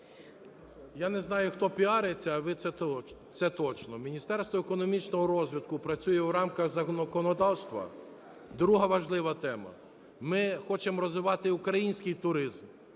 Я не знаю, хто піариться, а ви – це точно. Міністерство економічного розвитку працює в рамках законодавства. Друга важлива тема. Ми хочемо розвивати український туризм